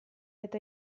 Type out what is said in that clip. eta